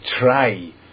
try